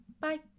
Bye